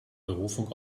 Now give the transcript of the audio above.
berufung